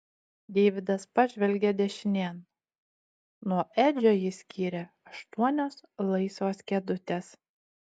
deividas pažvelgė dešinėn nuo edžio jį skyrė aštuonios laisvos kėdutės